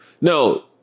No